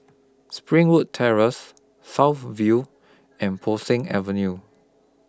Springwood Terrace South View and Bo Seng Avenue